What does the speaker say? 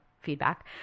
feedback